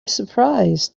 surprised